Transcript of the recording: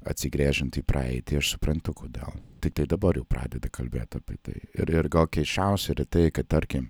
atsigręžiant į praeitį aš suprantu kodėl tiktai dabar jau pradeda kalbėt apie tai ir ir gal keisčiausia yra tai kad tarkim